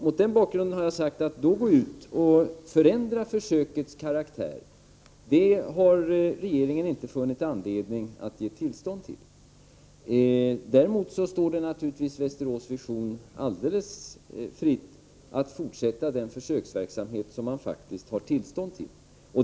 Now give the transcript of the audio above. Mot denna bakgrund har jag förklarat att regeringen inte har funnit anledning att ge tillstånd till att då förändra försökets karaktär. Däremot står det naturligtvis Västerås Vision alldeles fritt att fortsätta den försöksverksamhet som man faktiskt har tillstånd till.